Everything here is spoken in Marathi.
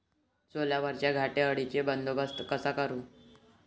सोल्यावरच्या घाटे अळीचा बंदोबस्त कसा करू?